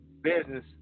business